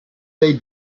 they